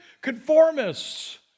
conformists